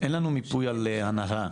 אין לנו מיפוי הנהלה,